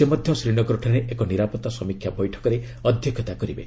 ସେ ମଧ୍ୟ ଶ୍ରୀନଗରଠାରେ ଏକ ନିରାପତ୍ତା ସମୀକ୍ଷା ବୈଠକରେ ଅଧ୍ୟକ୍ଷତା କରିବେ